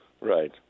right